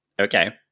okay